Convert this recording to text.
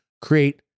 create